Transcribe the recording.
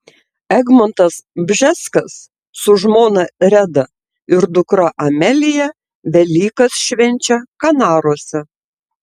egmontas bžeskas su žmona reda ir dukra amelija velykas švenčia kanaruose